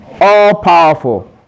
All-powerful